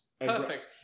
perfect